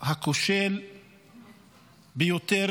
הכושל ביותר